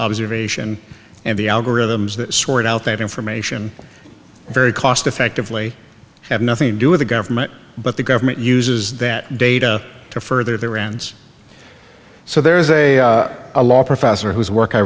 observation and the algorithms that sort out that information very cost effectively have nothing to do with the government but the government uses that data to further their ends so there is a law professor whose work i